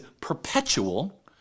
perpetual